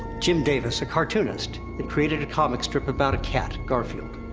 jim davis, a cartoonist, had created a comic strip about a cat, garfield,